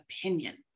opinion